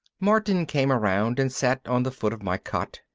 martin came around and sat on the foot of my cot.